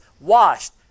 washed